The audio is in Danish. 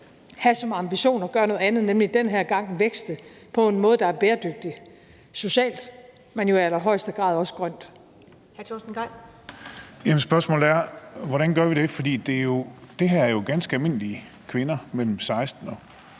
have som ambition at gøre noget andet, nemlig den her gang vækste på en måde, der er bæredygtig – socialt, men jo i allerhøjeste grad også grønt. Kl. 22:33 Første næstformand (Karen Ellemann)